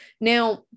Now